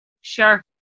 Sure